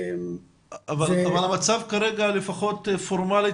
אבל המצב כרגע לפחות פורמלית,